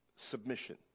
Submission